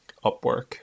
upwork